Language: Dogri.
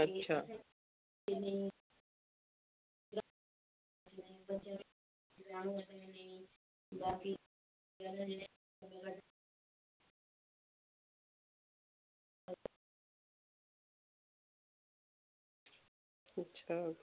अच्छा